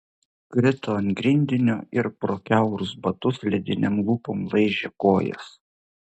krito ant grindinio ir pro kiaurus batus ledinėm lūpom laižė kojas